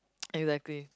exactly